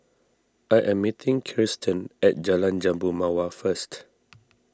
I am meeting Kiersten at Jalan Jambu Mawar first